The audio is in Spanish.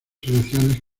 selecciones